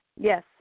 Yes